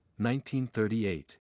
1938